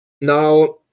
Now